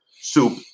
soup